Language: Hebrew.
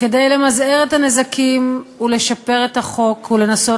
כדי למזער את הנזקים ולשפר את החוק ולנסות